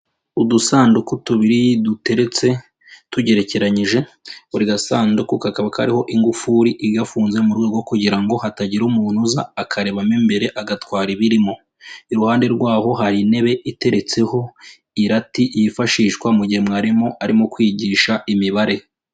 Udusanduku tubiri duteretse tugerekeranyije, buri gasanduku kakaba kariho ingufuri igafunze mu rwego kugira ngo hatagira umuntu uza akarebamo imbere agatwara ibirimo, iruhande rwabo hari intebe iteretseho irati, yifashishwa mu gihe mwarimu arimo kwigisha imibare.